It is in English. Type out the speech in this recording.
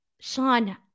Sean